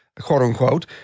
quote-unquote